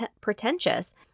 pretentious